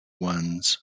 ones